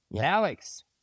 Alex